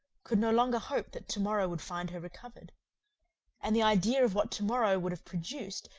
could no longer hope that tomorrow would find her recovered and the idea of what tomorrow would have produced,